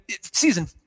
season